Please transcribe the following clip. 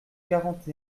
quarante